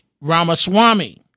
Ramaswamy